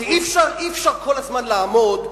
כי אי-אפשר כל הזמן לעמוד,